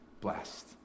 blessed